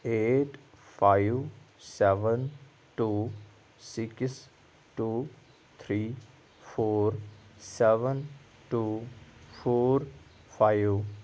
eight five seven two six two three four seven two four five